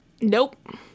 Nope